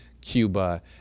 Cuba